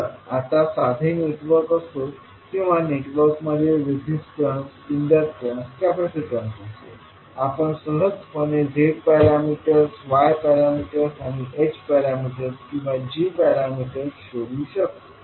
तर आता साधे नेटवर्क असो किंवा नेटवर्कमध्ये रेजिस्टन्स इंडक्टॅन्स आणि कॅपेसिटन्स असो आपण सहजपणे z parameters y parameters h parameters किंवा g पॅरामीटर्स शोधू शकतो